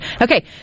okay